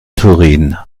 turin